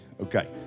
okay